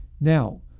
Now